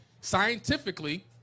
scientifically